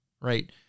right